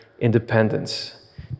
independence